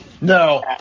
No